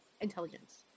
intelligence